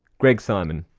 greg simon.